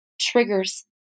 triggers